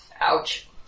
Ouch